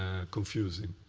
confusing.